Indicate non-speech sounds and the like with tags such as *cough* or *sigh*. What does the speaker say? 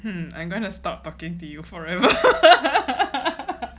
hmm I'm gonna stop talking to you *laughs*